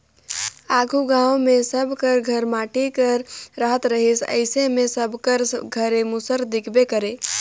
आघु गाँव मे सब कर घर माटी कर रहत रहिस अइसे मे सबकर घरे मूसर दिखबे करे